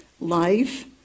Life